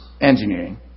engineering